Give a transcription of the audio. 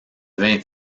vingt